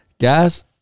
Guys